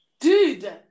Dude